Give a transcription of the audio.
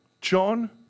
John